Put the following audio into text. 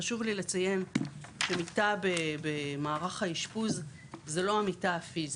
חשוב לי לציין שמיטה במערך האשפוז זו לא המיטה הפיזית.